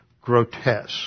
grotesque